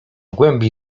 głębi